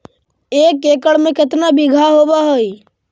एक एकड़ में केतना बिघा होब हइ?